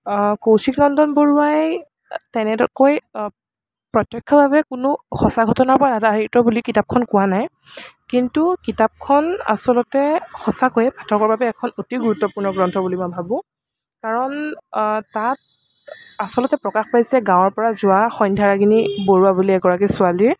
কৌশিক নন্দন বৰুৱাই তেনেকৈ প্ৰত্য়েক্ষভাৱে কোনো সঁচা ঘটনাৰপৰা আধাৰিত বুলি কিতাপখন কোৱা নাই কিন্তু কিতাপখন আচলতে সঁচাকৈয়ে পাঠকৰ বাবে এখন অতি গুৰুত্বপূৰ্ণ গ্ৰন্থ বুলি মই ভাবোঁ কাৰণ তাত আচলতে প্ৰকাশ পাইছে গাঁৱৰপৰা যোৱা সন্ধ্য়াৰাগিনী বৰুৱা বুলি এগৰাকী ছোৱালীৰ